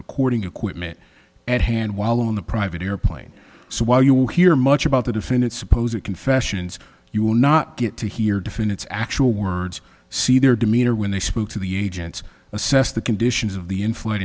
recording equipment at hand while in the private airplane so while you will hear much about the defendant suppose it confessions you will not get to hear different its actual words see their demeanor when they spoke to the agents assessed the conditions of the in f